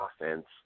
offense